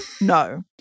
No